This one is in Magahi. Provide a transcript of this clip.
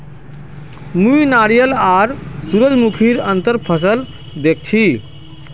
मुई नारियल आर सूरजमुखीर अंतर फसल दखल छी